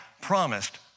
promised